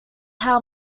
how